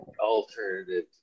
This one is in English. alternative